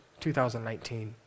2019